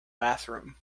bathroom